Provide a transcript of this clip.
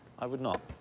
i would not.